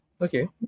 okay